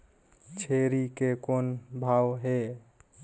छेरी के कौन भाव हे?